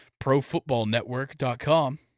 profootballnetwork.com